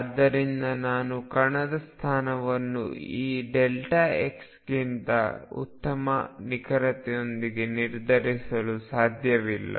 ಆದ್ದರಿಂದ ನಾನು ಕಣದ ಸ್ಥಾನವನ್ನು ಈ x ಗಿಂತ ಉತ್ತಮ ನಿಖರತೆಯೊಂದಿಗೆ ನಿರ್ಧರಿಸಲು ಸಾಧ್ಯವಿಲ್ಲ